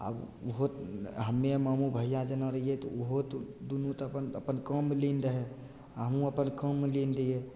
आब ओहो हमे मामू भैया जेना रहियै तऽ ओहो दुनू तऽ अपन अपन काममे लीन रहय आओर हमहुँ अपन काममे लीन रहियै